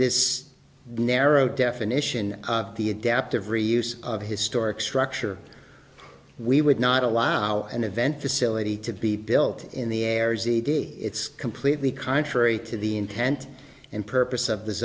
this narrow definition of the adaptive reuse of historic structure we would not allow an event facility to be built in the areas edi it's completely contrary to the intent and purpose of th